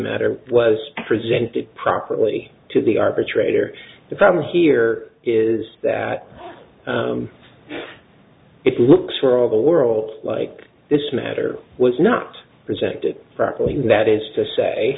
matter was presented properly to the arbitrator the problem here is that it looks for all the world like this matter was not presented frankly that is to say